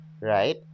right